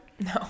No